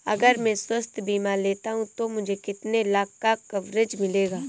अगर मैं स्वास्थ्य बीमा लेता हूं तो मुझे कितने लाख का कवरेज मिलेगा?